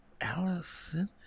Allison